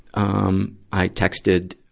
um, i texted,